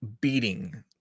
beating